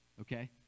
okay